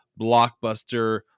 blockbuster